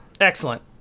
Excellent